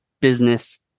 business